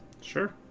Sure